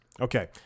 Okay